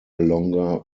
longer